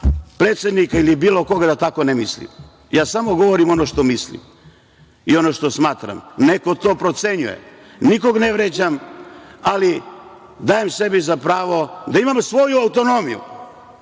predsednika ili bilo koga, da tako ne mislim. Ja samo govorim ono što mislim i ono što smatram. Neko to procenjuje. Nikoga ne vređam, ali dajem sebi za pravo da imam svoju autonomiju.